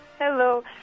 Hello